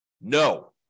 no